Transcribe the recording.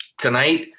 Tonight